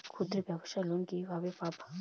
ক্ষুদ্রব্যাবসার লোন কিভাবে পাব?